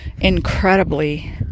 incredibly